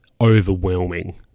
overwhelming